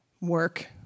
work